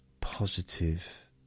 positive